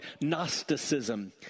Gnosticism